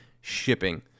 shipping